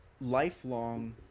lifelong